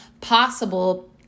possible